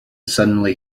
suddenly